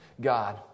God